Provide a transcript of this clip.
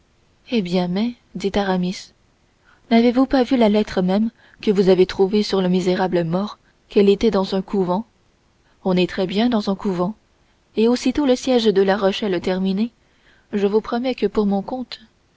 eh bien mais dit aramis n'avez-vous pas vu par la lettre même que vous avez trouvée sur le misérable mort qu'elle était dans un couvent on est très bien dans un couvent et aussitôt le siège de la rochelle terminé je vous promets que pour mon compte